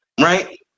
Right